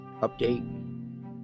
update